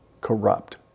corrupt